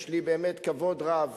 יש לי באמת כבוד רב